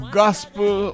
gospel